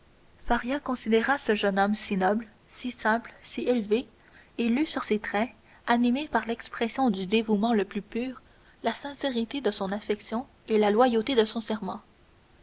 faria considéra ce jeune homme si noble si simple si élevé et lut sur ses traits animés par l'expression du dévouement le plus pur la sincérité de son affection et la loyauté de son serment